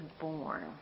born